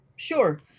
Sure